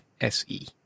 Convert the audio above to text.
SE